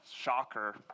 Shocker